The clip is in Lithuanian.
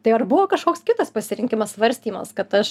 tai ar buvo kažkoks kitas pasirinkimas svarstymas kad aš